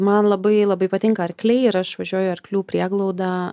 man labai labai patinka arkliai ir aš važiuoju į arklių prieglaudą